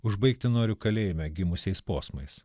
užbaigti noriu kalėjime gimusiais posmais